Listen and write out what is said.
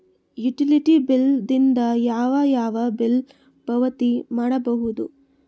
Utility bill ದಿಂದ ಯಾವ ಯಾವ ಬಿಲ್ ಪಾವತಿ ಮಾಡಬಹುದು?